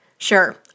Sure